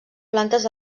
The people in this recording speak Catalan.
plantes